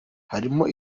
harimo